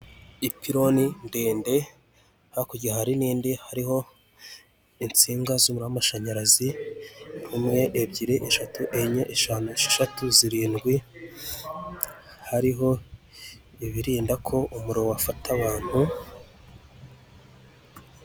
Ipironi ndende hakurya hari n'indi hariho insinga z'umuriro w'amashanyarazi imwe, ebyiri, eshatu, enye, eshanu, esheshatu, zirindwi. Hariho ibirinda ko umuriro wafata abantu.